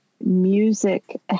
music